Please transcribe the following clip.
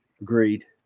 Agreed